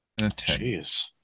Jeez